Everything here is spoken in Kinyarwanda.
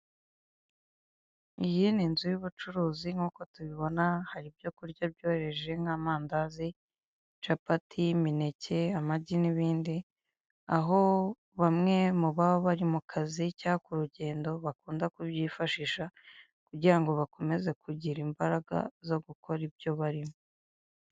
Iyi ni inzu y'ubucuruzi nk'uko tubibona, hari ibyo kurya byoroheje nk'amandazi, capati, imineke, amagi n'ibindi, aho bamwe mu baba bari mu kazi cyangwa ku rugendo bakunda kubyifashisha, kugira ngo bakomeze kugira imbaraga zo gukora ibyo barimo.